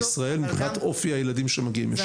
ישראל מבחינת אופי הילדים שמגיעים לשם.